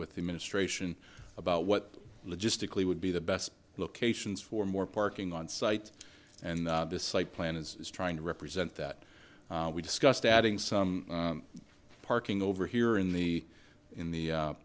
with the ministration about what logistically would be the best locations for more parking on site and this site plan is trying to represent that we discussed adding some parking over here in the in the